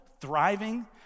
thriving